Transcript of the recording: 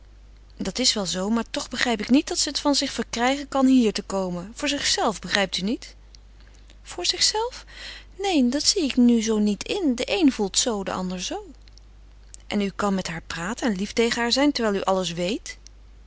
dat is wel zoo maar toch begrijp ik niet dat ze het van zich verkrijgen kan hier te komen voor zichzelve begrijpt u niet zichzelve neen dat zie ik nu zoo niet in de een voelt zoo de ander zoo en u kan met haar praten en lief tegen haar zijn terwijl u alles weet